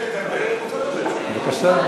בבקשה.